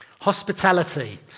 Hospitality